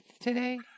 today